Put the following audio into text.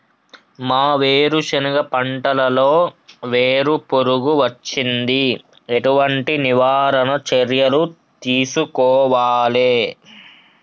మా వేరుశెనగ పంటలలో వేరు పురుగు వచ్చింది? ఎటువంటి నివారణ చర్యలు తీసుకోవాలే?